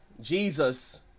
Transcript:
Jesus